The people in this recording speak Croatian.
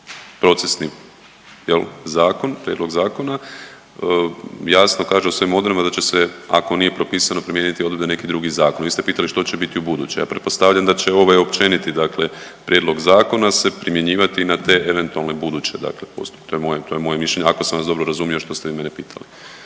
procesni jel zakon, prijedlog zakona, jasno kaže se …/Govornik se ne razumije/…da će se ako nije propisano primijeniti…/Govornik se ne razumije/… neki drugi zakon, vi ste pitali što će biti ubuduće, ja pretpostavljam da će ovaj općeniti dakle prijedlog zakona se primjenjivati na te eventualne buduće dakle postupke, to je moje, to je moje mišljenje, ako sam vas dobro razumio što ste vi mene pitali.